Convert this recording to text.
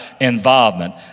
involvement